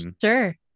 sure